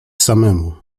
samemu